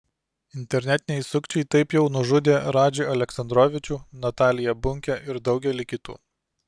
internetiniai sukčiai taip jau nužudė radžį aleksandrovičių nataliją bunkę ir daugelį kitų